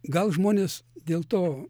gal žmonės dėl to